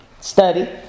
study